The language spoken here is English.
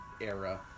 era